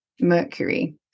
Mercury